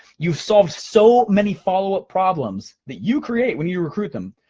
you've solved so many follow up problems, that you create when you recruit them,